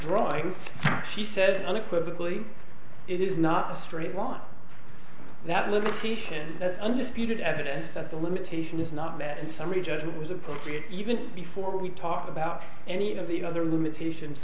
thanks she says unequivocally it is not a straight line that limitation is undisputed evidence that the limitation is not met and summary judgment was appropriate even before we talked about any of the other limitations